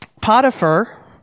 Potiphar